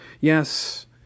Yes